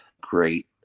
great